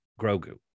Grogu